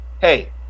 Hey